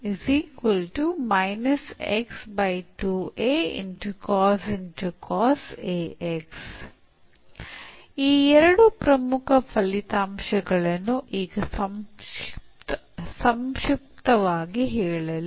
ಈ ಎರಡು ಪ್ರಮುಖ ಫಲಿತಾಂಶಗಳನ್ನು ಈಗ ಸಂಕ್ಷಿಪ್ತವಾಗಿ ಹೇಳಲು